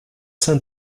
saint